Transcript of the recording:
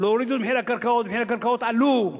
לא הורידו את מחירי הקרקעות ומחירי הקרקעות עלו.